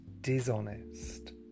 dishonest